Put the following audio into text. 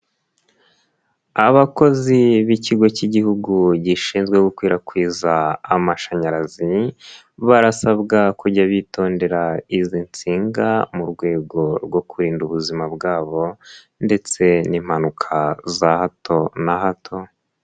Abakozi b'ikigo cy'igihugu gishinzwe gukwirakwiza amashanyarazi, barasabwa kujya bitondera izi nsinga mu rwego rwo kurinda ubuzima bwabo ndetse n'impanuka za hato na hato.